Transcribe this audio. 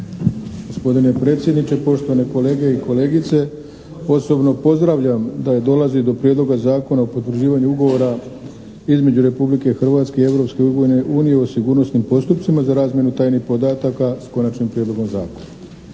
Gospodine predsjedniče, poštovane kolege i kolegice. Osobno pozdravljam da i dolazi do Prijedloga zakona o potvrđivanju Ugovora između Republike Hrvatske i Europske unije o sigurnosnim postupcima za razmjenu tajnih podataka s Konačnim prijedlogom zakona.